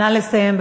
נא לסיים.